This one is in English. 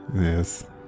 Yes